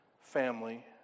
family